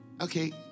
okay